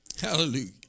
hallelujah